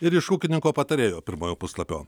ir iš ūkininko patarėjo pirmojo puslapio